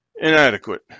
inadequate